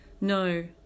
no